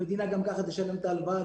המדינה גם ככה תשלם את ההלוואה,